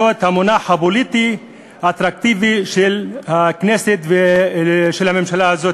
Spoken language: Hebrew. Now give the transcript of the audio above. המונח הפוליטי האטרקטיבי של הכנסת ושל הממשלה הזאת,